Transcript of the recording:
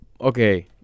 okay